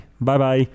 Bye-bye